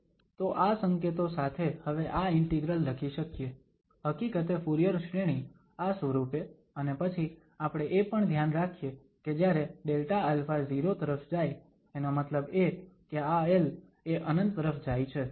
તો આ સંકેતો સાથે હવે આ ઇન્ટિગ્રલ લખી શકીએ હકીકતે ફુરીયર શ્રેણી આ સ્વરૂપે અને પછી આપણે એ પણ ધ્યાન રાખીએ કે જ્યારે Δα 0 તરફ જાય એનો મતલબ એ કે આ l એ ∞ તરફ જાય છે